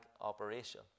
operation